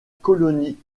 colonie